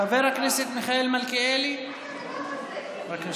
חבר הכנסת מיכאל מלכיאלי, בבקשה.